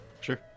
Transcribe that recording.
Sure